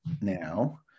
now